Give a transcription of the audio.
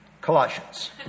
Colossians